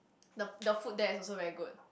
the the food there is also very good